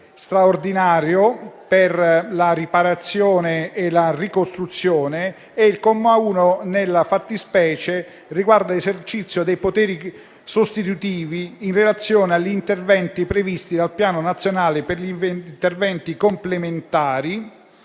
straordinario per la riparazione e la ricostruzione. Il comma 1, nella fattispecie, riguarda l'esercizio dei poteri sostitutivi in relazione agli interventi previsti dal Piano nazionale per gli investimenti complementari